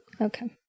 Okay